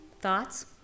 Thoughts